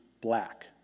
black